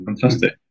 fantastic